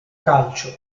calcio